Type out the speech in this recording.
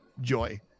joy